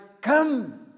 Come